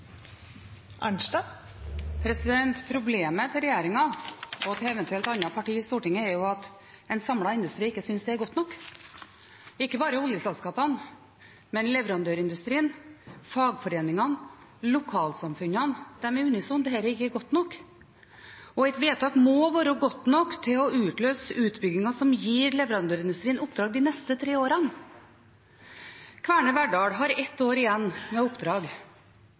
Problemet til regjeringen og eventuelt andre partier i Stortinget er at en samlet industri ikke synes det er godt nok. Det er ikke bare oljeselskapene – også leverandørindustrien, fagforeningene og lokalsamfunnene er unisone: Dette er ikke godt nok. Et vedtak må være godt nok til å utløse utbygginger som gir leverandørindustrien oppdrag de neste tre årene. Kværner Verdal har ett år igjen med oppdrag.